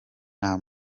nta